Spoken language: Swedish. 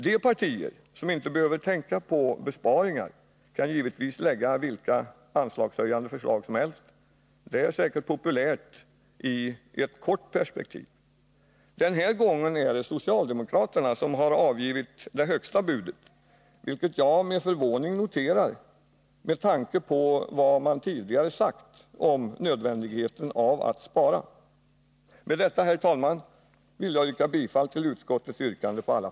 De partier som inte behöver tänka på besparingar kan givetvis lägga fram vilka anslagshöjande förslag som helst. Det är säkert populärt i ett kort perspektiv. Denna gång är det socialdemokraterna som har avgivit det högsta budet, vilket jag noterar med förvåning med tanke på vad de tidigare har sagt om nödvändigheten av att spara. Herr talman! Med det sagda ber jag att på alla punkter få yrka bifall till utskottets förslag.